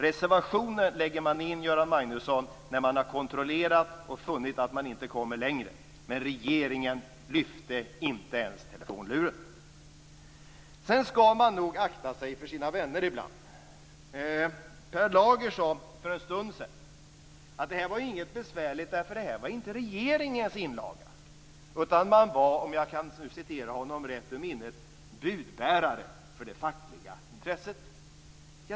Reservationer lägger man in, Göran Magnusson, när man har kontrollerat och funnit att man inte kommer längre. Men regeringen lyfte inte ens telefonluren. Man skall nog akta sig för sina vänner ibland. Per Lager sade för en stund sedan att det här inte var besvärligt därför att det inte var regeringens inlaga, utan man var, om jag nu kan citera honom rätt ur minnet, "budbärare för det fackliga intresset".